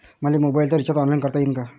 मले मोबाईलच recharge online करता येईन का?